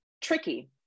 tricky